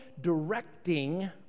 directing